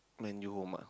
Man-U Home ah